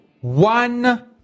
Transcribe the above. One